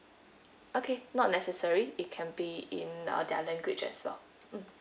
okay not necessary it can be in uh their language as well